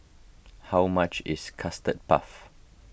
how much is Custard Puff